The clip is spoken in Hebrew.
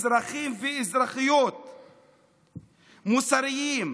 אזרחים ואזרחיות מוסריים,